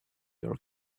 your